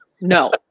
No